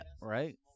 right